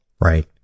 Right